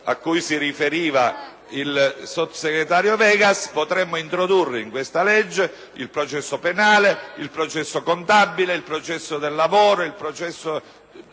a cui si riferiva il sottosegretario Vegas, potremmo introdurre in questa legge il processo penale, il processo contabile, il processo del lavoro, il processo